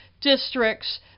districts